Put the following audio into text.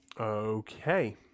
Okay